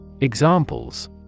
Examples